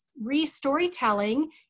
re-storytelling